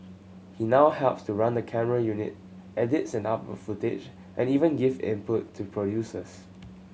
he now helps to run the camera unit edits and uploads footage and even gives input to producers